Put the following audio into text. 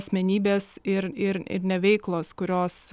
asmenybės ir ir ir ne veiklos kurios